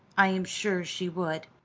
i am sure she would.